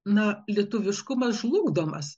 na lietuviškumas žlugdomas